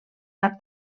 l’arc